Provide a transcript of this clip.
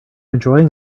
enjoying